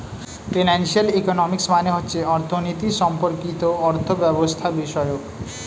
financial economics মানে হচ্ছে অর্থনীতি সম্পর্কিত অর্থব্যবস্থাবিষয়ক